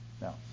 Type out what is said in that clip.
Now